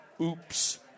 oops